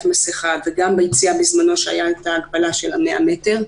מסכה וגם ביציאה בזמנו כשהייתה הגבלה של ה-100 מטר.